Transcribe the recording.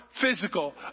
physical